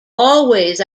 always